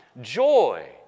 joy